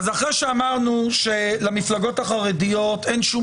אז אחרי שאמרנו שלמפלגות החרדיות אין שום